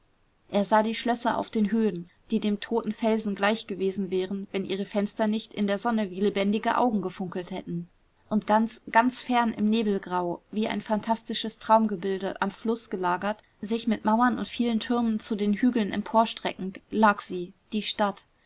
er sah die schlösser auf den höhen die dem toten felsen gleich gewesen wären wenn ihre fenster nicht in der sonne wie lebendige augen gefunkelt hätten und ganz ganz fern im nebelgrau wie ein phantastisches traumgebilde am fluß gelagert sich mit mauern und vielen türmen zu den hügeln emporstreckend lag sie die stadt